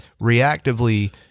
reactively